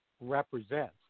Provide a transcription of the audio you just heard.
represents